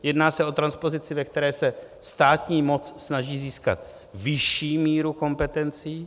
Jedná se o transpozici, ve které se státní moc snaží získat vyšší míru kompetencí.